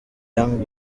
young